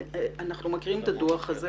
אנחנו מכירים את הדוח הזה